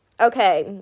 okay